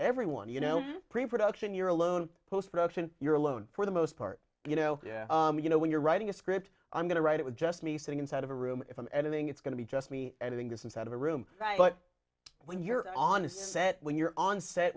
everyone you know pre production you're alone post production you're alone for the most part you know yeah you know when you're writing a script i'm going to write it with just me sitting inside of a room and i think it's going to be just me and in this instead of a room but when you're on the set when you're on set